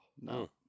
no